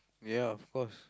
ya of course